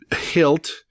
hilt